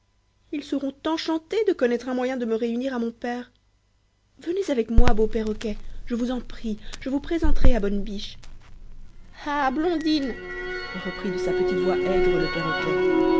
ils seront enchantés de connaître un moyen de me réunir à mon père venez avec moi beau perroquet je vous en prie je vous présenterai à bonne biche ah blondine reprit de sa petite voix aigre le perroquet